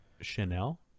Chanel